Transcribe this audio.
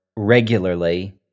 regularly